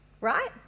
right